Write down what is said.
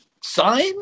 sign